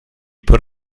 put